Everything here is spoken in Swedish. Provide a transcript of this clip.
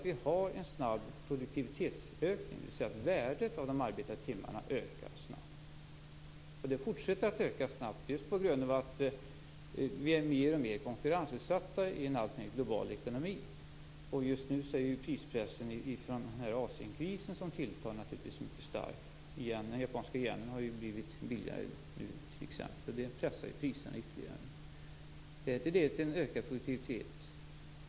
Vi har en snabb produktivitetsökning, dvs. värdet av de arbetade timmarna ökar snabbt. Det fortsätter att öka snabbt just på grund av att vi är mer och mer konkurrensutsatta i en alltmer global ekonomi. Just nu tilltar prispressen från Asienkrisen mycket starkt. Den japanska yenen har t.ex. blivit billigare. Det pressar priserna ytterligare. Det leder till en ökad produktivitet.